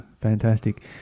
fantastic